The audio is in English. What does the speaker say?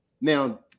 Now